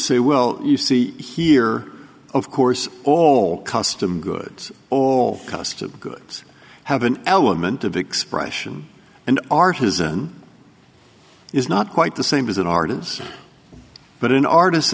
say well you see here of course all custom goods all custom goods have an element of expression and are his and is not quite the same as an artist but an artis